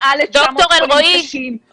מעל ל-900 חולים קשים ותמותה --- ד"ר אלרעי,